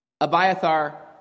Abiathar